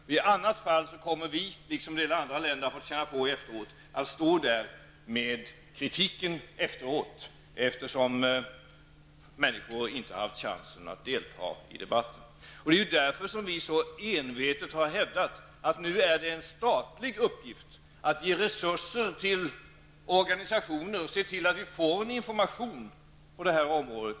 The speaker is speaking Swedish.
I annat fall kommer vi, liksom en del andra länder, att stå där med kritiken efteråt, eftersom människor inte har haft chans att delta i debatten. Det är därför som vi så envetet har hävdat att det nu är en statlig uppgift att ge resurser till organisationer och se till att vi får information på det här området.